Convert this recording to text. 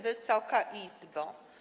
Wysoka Izbo!